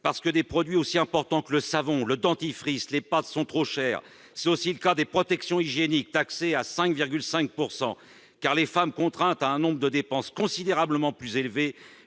parce que des produits aussi importants que le savon, le dentifrice ou les pâtes sont trop chers. C'est aussi le cas des protections hygiéniques, taxées à 5,5 %. Les femmes sont contraintes à un nombre de dépenses considérablement plus élevé